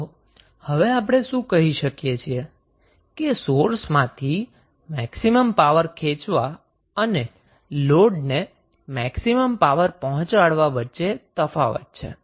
તો હવે આપણે શું કહી શકીએ કે સોર્સમાંથી મેક્સિમમ પાવર ખેંચવા અને લોડને મેક્સિમમ પાવર પહોંચાડવા વચ્ચે તફાવત છે